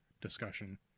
discussion